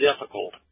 difficult